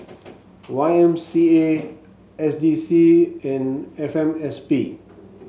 Y M C A S D C and F M S P